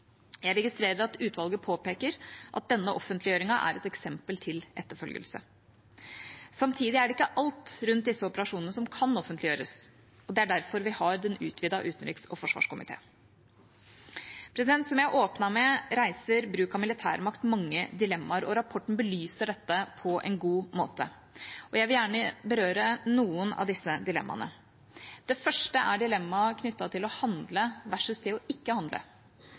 Jeg registrerer at utvalget påpeker at denne offentliggjøringen er et eksempel til etterfølgelse. Samtidig er det ikke alt rundt disse operasjonene som kan offentliggjøres. Det er derfor vi har den utvidete utenriks- og forsvarskomité. Som jeg åpnet med, reiser bruk av militær makt mange dilemmaer, og rapporten belyser dette på en god måte. Jeg vil gjerne berøre noen av disse dilemmaene. Det første er dilemmaet knyttet til å handle versus det å ikke handle.